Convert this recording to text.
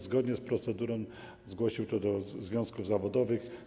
Zgodnie z procedurą zgłosił to do związków zawodowych.